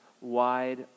wide